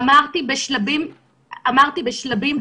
אמרתי בשלבים הבאים.